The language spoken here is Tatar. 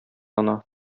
ана